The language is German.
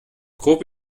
grob